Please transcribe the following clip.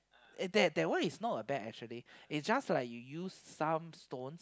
eh that one is not a bed actually it just like you use some stones